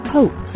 Hope